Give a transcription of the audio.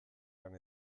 han